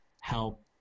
help